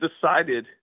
decided